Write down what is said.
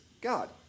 God